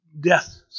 death